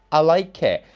i like it.